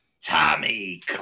Tommy